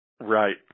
Right